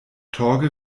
torge